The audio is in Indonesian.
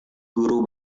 guru